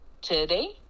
today